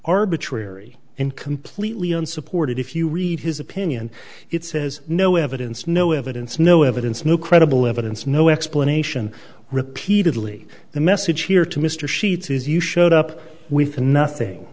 arbitrary and completely unsupported if you read his opinion it says no evidence no evidence no evidence no credible evidence no explanation repeatedly the message here to mr sheets is you showed up with a nothing